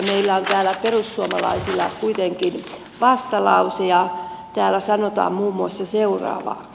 meillä on täällä perussuomalaisilla kuitenkin vastalause ja täällä sanotaan muun muassa seuraavaa